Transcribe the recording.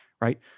right